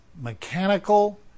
mechanical